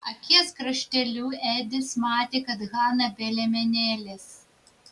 akies krašteliu edis matė kad hana be liemenėlės